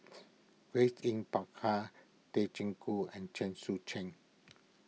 Grace Yin Peck Ha Tay Chin and Chen Sucheng